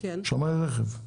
שמאי רכב,